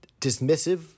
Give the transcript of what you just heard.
dismissive